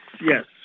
yes